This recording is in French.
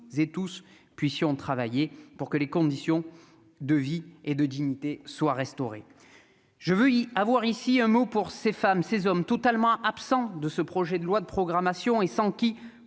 et tous puissions travailler pour que les conditions de vie et de dignité soit restaurée, je veux y avoir ici un mot pour ces femmes, ces hommes totalement absents de ce projet de loi de programmation et sans qui,